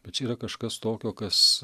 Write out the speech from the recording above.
bet čia yra kažkas tokio kas